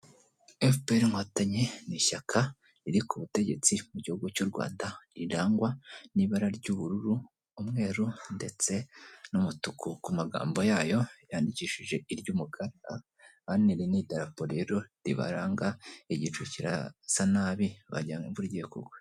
FPR inkotanyi ni ishyaka riri ku butegetsi mu gihugu cy'u Rwanda, rirangwa n'ibara ry'ubururu, umweru ndetse n'umutuku. Ku magambo yayo yandikishije iry'umukara, hano iri ni idarapo rero ribaranga, igicu kirasa nabi wagira ngo imvura igiye kugwa.